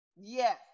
Yes